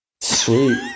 Sweet